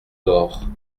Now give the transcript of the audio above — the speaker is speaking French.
dehors